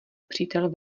přítel